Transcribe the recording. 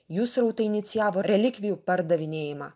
jų srautai inicijavo relikvijų pardavinėjimą